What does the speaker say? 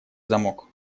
замок